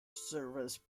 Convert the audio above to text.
service